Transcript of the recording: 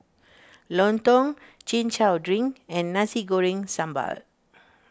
Lontong Chin Chow Drink and Nasi Goreng Sambal